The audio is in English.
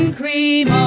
cream